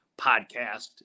podcast